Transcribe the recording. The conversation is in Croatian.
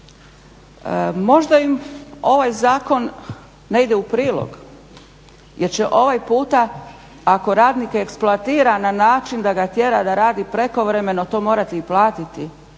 Možda im ovaj zakon ne ide u prilog jer će ovaj puta ako radnike eksploatira na način da ga tjera da radi prekovremeno to morati i platiti